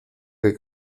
que